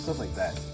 like that.